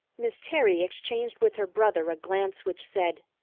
miss terry exchanged with her brother a glance which said,